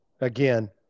again